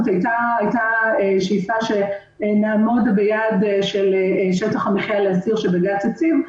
הייתה שאיפה שנעמוד ביעד שטח המחייה שבג"ץ הציב.